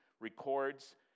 records